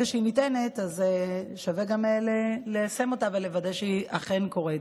ברגע שהיא ניתנת אז שווה גם ליישם אותה ולוודא שהיא אכן קורית.